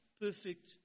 perfect